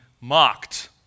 mocked